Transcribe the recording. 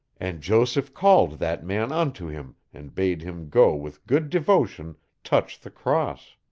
and joseph called that man unto him and bade him go with good devotion touch the cross.